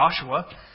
Joshua